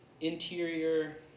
interior